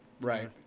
Right